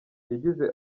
yagize